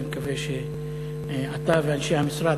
ואני מקווה שאתה ואנשי המשרד,